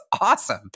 awesome